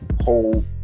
Hold